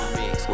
mix